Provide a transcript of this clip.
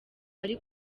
ari